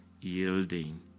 yielding